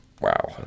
Wow